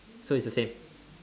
so it's the same